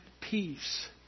peace